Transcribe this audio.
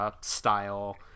style